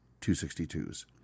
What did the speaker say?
262s